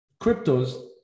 cryptos